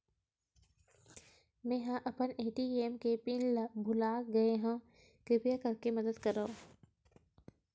मेंहा अपन ए.टी.एम के पिन भुला गए हव, किरपा करके मदद करव